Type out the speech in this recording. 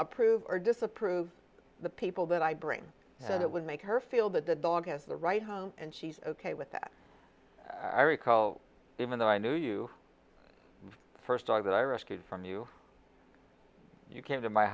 approve or disapprove the people that i bring that it will make her feel that the dog has the right home and she's ok with that all recall even though i know you first dog that i rescued from you you came to